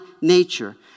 nature